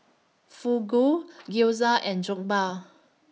Fugu Gyoza and Jokbal